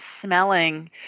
smelling